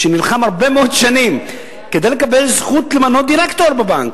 שנלחם הרבה מאוד שנים כדי לקבל זכות למנות דירקטור בבנק.